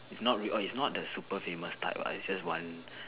it's not it's not the the super famous type is just one